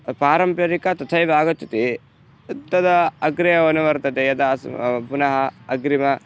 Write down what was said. पारम्परिका तथैव आगच्छति तदा अग्रे अनुवर्तते यदा सः पुनः अग्रिमे